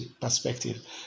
perspective